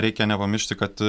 reikia nepamiršti kad